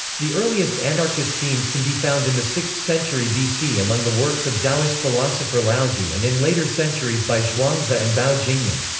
the earliest anarchist themes can be found in the sixth century bc among the works of taoist philosopher laozi and in later centuries by zhuangzi and bao jingyan.